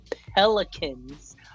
Pelicans